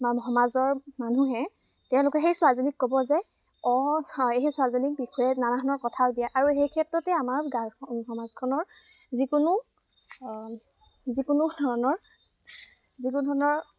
সমাজৰ মানুহে তেওঁলোকে সেই ছোৱালীজনীক ক'ব যে অঁ সেই ছোৱালীজনীৰ বিষয়ে নানা ধৰণৰ কথাও দিয়ে আৰু সেই ক্ষেত্ৰতে আমাৰ গাঁও সমাজখনৰ যিকোনো যিকোনো ধৰণৰ যিকোনো ধৰণৰ